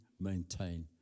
maintain